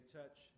touch